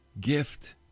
gift